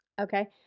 okay